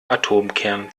atomkern